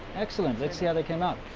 excellent. let's see how they came out.